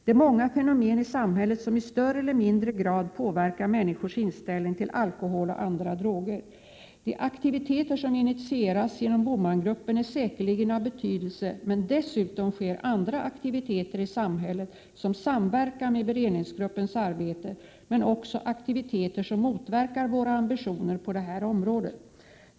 Det är många fenomen i samhället som i större eller mindre grad påverkar människors inställning till alkohol och andra droger. De aktiviteter som initieras genom BOMAN-gruppen är säkerligen av betydelse, men dessutom sker andra aktiviteter i samhället som samverkar med beredningsgruppens arbete men också aktiviteter som motverkar våra ambitioner på det här området.